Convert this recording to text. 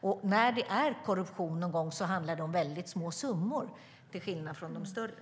Och när det någon gång är korruption handlar det om väldigt små summor, till skillnad från i de större.